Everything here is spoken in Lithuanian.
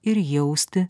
ir jausti